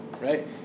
right